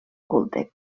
culte